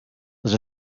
les